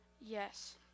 Yes